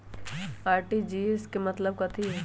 RTGS के मतलब कथी होइ?